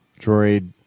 Droid